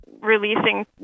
releasing